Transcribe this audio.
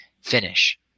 finish